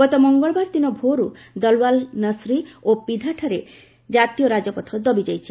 ଗତ ମଙ୍ଗଳବାର ଦିନ ଭୋରୁ ଦଲୱାଲ ନଶରୀ ଓ ପିଧାଠାରେ ଜାତୀୟ ରାଜପଥ ଦବିଯାଇଛି